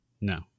No